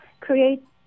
create